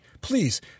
Please